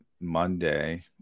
Monday